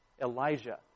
Elijah